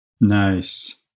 Nice